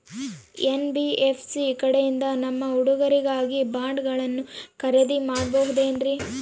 NBFC ಕಡೆಯಿಂದ ನಮ್ಮ ಹುಡುಗರಿಗಾಗಿ ಬಾಂಡುಗಳನ್ನ ಖರೇದಿ ಮಾಡಬಹುದೇನ್ರಿ?